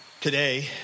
Today